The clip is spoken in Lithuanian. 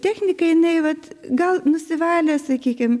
technika jinai vat gal nusivalė sakykim